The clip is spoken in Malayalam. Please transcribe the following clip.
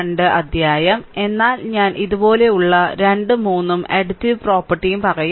2 അധ്യായം എന്നാൽ ഞാൻ ഇതുപോലുള്ള 2 3 ഉം അഡിറ്റിവിറ്റി പ്രോപ്പർട്ടിയും പറയും